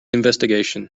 investigation